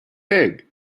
pig